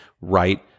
right